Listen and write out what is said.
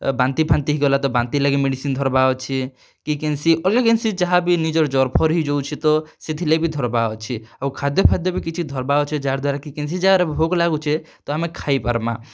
ବାନ୍ତିଫାନ୍ତି ହେଇଗଲା ତ ବାନ୍ତି ଲାଗି ମେଡ଼ିସିନ୍ ଧର୍ବାର୍ ଅଛେ କି କେନ୍ସି ଅଲ୍ଗା କେନ୍ସି ଯାହାବି ନିଜର୍ ଜର୍ଫର୍ ହେଇଯାଉଛେ ତ ସେଥିର୍ଲାଗି ଭି ଧର୍ବାର୍ ଅଛେ ଆଉ ଖାଦ୍ୟଫାଦ୍ୟ ଭି କିଛି ଧର୍ବାର୍ ଅଛେ ଯାହାର୍ଦ୍ୱାରା କି କେନ୍ସି ଜାଗାରେ ଭୋକ୍ ଲାଗୁଛେ ତ ଆମେ ଖାଇପାର୍ମା